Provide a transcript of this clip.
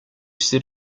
set